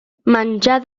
menjar